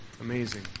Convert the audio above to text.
Amazing